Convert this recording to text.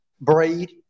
braid